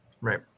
Right